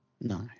No